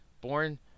Born